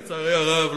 לצערי הרב,